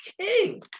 king